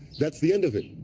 that's the end of it.